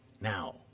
now